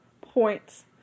points